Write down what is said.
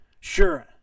Sure